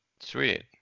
Sweet